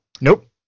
Nope